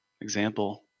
example